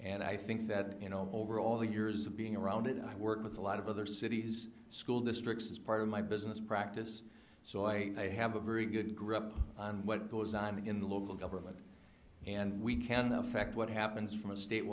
and i think that you know over all the years of being around it i work with a lot of other cities school districts as part of my business practice so i have a very good grip on what goes on in the local government and we can affect what happens from a state